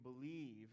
believe